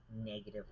negative